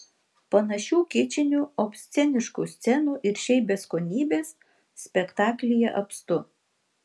panašių kičinių obsceniškų scenų ir šiaip beskonybės spektaklyje apstu